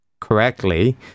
correctly